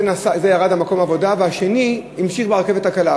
זה ירד למקום העבודה והשני המשיך ברכבת הקלה,